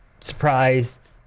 surprised